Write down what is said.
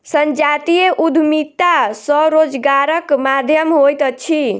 संजातीय उद्यमिता स्वरोजगारक माध्यम होइत अछि